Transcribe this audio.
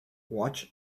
watch